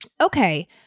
Okay